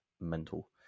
mental